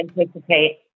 anticipate